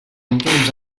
últims